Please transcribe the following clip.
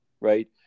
right